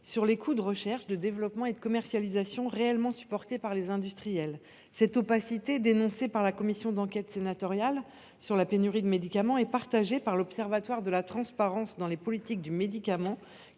et aux coûts de recherche, de développement et de commercialisation réellement supportés par les industriels. Cette opacité, qu’a dénoncée la commission d’enquête sénatoriale sur la pénurie de médicaments, est également constatée par l’Observatoire de la transparence dans les politiques du médicament,